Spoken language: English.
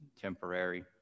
temporary